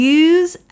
use